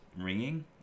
ringing